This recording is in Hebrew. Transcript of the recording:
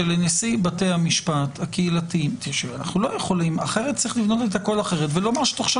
נשיא בתי המשפט הקהילתיים לא שוקל את זה